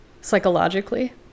psychologically